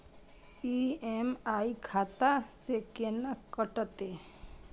EMI खाता से केना कटते?